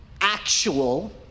actual